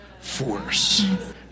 Force